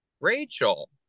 Rachel